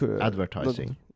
Advertising